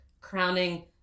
crowning